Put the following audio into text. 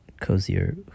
Cozier